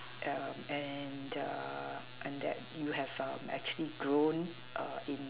um and err and that you have um actually grown in